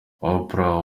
oprah